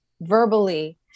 verbally